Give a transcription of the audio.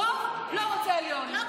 העליון או חברי כנסת, הרוב לא רוצה להיות שם.